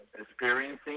experiencing